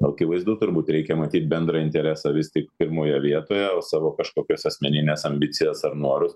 akivaizdu turbūt reikia matyt bendrą interesą vis tik pirmoje vietoje o savo kažkokias asmenines ambicijas ar norus